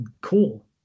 cool